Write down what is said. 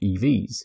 EVs